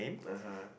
ah !huh!